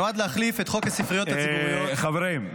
נועד להחליף את חוק הספריות הציבוריות -- חברים,